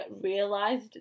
realized